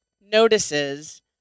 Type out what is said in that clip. notices